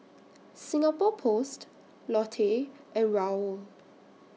Singapore Post Lotte and Raoul